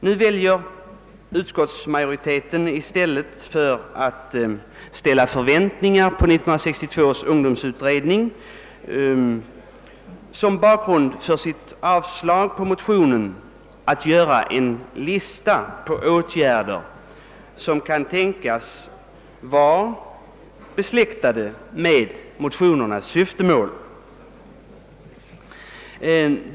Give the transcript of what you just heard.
Nu väljer utskottsmajoriteten, i stället för att ställa förväntningar på 1962 års ungdomsutredning som bakgrund för sitt avstyrkande av motionen, att göra upp en lista över åtgärder, som kan tänkas vara besläktade med motionärernas syftemål.